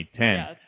2010